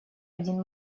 один